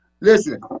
Listen